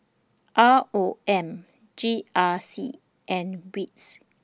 R O M G R C and WITS